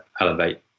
elevate